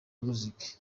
muzik